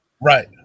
Right